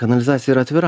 kanalizacija yra atvira